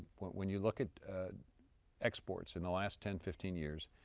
when you look at exports in the last ten, fifteen years,